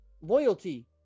loyalty